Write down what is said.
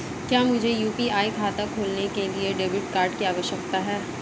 क्या मुझे यू.पी.आई खाता खोलने के लिए डेबिट कार्ड की आवश्यकता है?